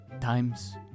times